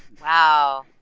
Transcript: wow.